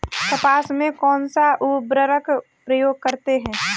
कपास में कौनसा उर्वरक प्रयोग करते हैं?